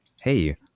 hey